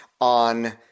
on